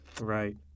right